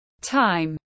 time